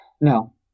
No